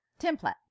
Template